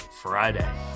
Friday